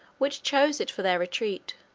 which chose it for their retreat,